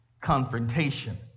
confrontation